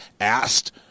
asked